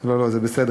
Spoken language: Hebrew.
לא, לא, זה בסדר.